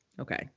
okay